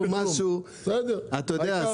עם הביצוע של העבודה,